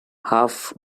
half